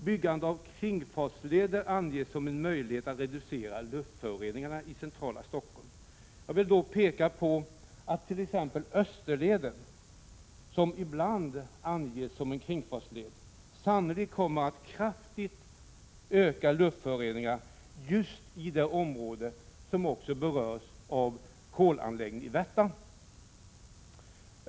Byggande av kringfartsleder anges som en möjlighet att reducera luftföroreningarna i centrala Stockholm. Jag vill då peka på att t.ex. Österleden, som ibland anges som en kringfartsled, sannolikt kommer att kraftigt öka luftföroreningarna just i det område som också berörs av kolanläggningen i Värtan.